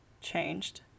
changed